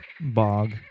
bog